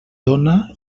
dóna